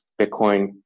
Bitcoin